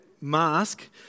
mask